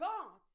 God